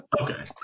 Okay